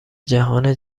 جهان